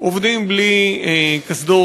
עובדים בלי קסדות,